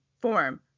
form